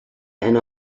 and